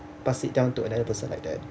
pass it down to another person like that